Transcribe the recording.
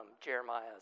Jeremiah